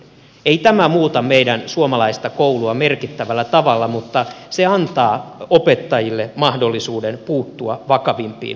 ei tämä muuta meidän suomalaista koulua merkittävällä tavalla mutta se antaa opettajille mahdollisuuden puuttua vakavimpiin ongelmiin